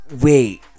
wait